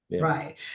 Right